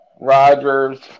Rodgers –